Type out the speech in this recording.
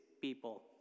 people